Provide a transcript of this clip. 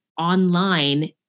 online